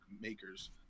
makers